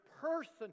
person